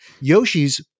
Yoshi's